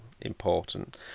important